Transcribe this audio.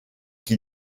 qui